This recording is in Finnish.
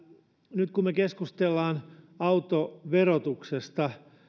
nyt kun me keskustelemme autoverotuksesta